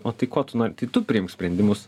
o tai ko tu tai tu priimk sprendimus